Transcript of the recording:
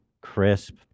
crisp